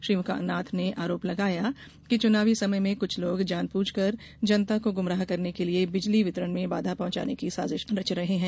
श्री नाथ ने आरोप लगाया कि चुनावी समय में कृछ लोग जानबूझकर जनता को गुमराह करने के लिए बिजली वितरण में बाधा पहुंचाने की साजिश रच रहे हैं